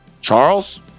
Charles